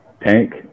Tank